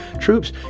troops